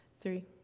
Three